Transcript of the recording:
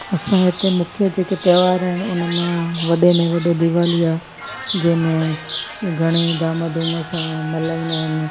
असां हिते मुख्य जेके त्योहार आहिनि उन मां वॾे में वॾो दीवाली आहे जंहिंमें घणेई धाम धूम सां मल्हाईंदा आहिनि